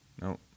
No